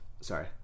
sorry